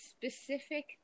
specific